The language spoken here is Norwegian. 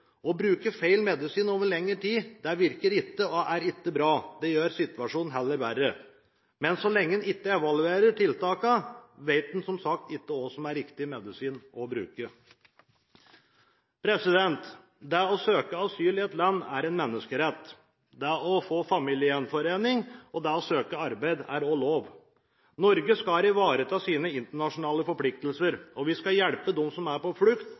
Å bruke feil medisin over lengre tid virker ikke, og er ikke bra. Det gjør heller situasjonen verre. Men så lenge en ikke evaluerer tiltakene, vet en som sagt ikke hva som er riktig medisin å bruke. Det å søke asyl i et land er en menneskerett. Det å få familiegjenforening og det å søke arbeid er også lov. Norge skal ivareta sine internasjonale forpliktelser, og vi skal hjelpe dem som er på flukt,